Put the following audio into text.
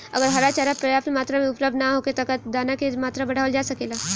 अगर हरा चारा पर्याप्त मात्रा में उपलब्ध ना होखे त का दाना क मात्रा बढ़ावल जा सकेला?